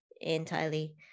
entirely